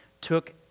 took